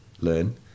learn